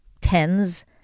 tens